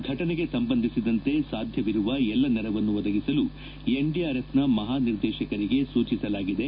ಘಟನೆಗೆ ಸಂಬಂಧಿಸಿದಂತೆ ಸಾಧ್ಯವಿರುವ ಎಲ್ಲ ನೆರವನ್ನು ಒದಗಿಸಲು ಎನ್ ಡಿಆರ್ ಎಫ್ ನ ಮಹಾ ನಿರ್ದೇಶಕರಿಗೆ ಸೂಚಿಲಾಗಿದೆ